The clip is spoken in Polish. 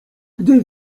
gdy